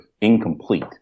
incomplete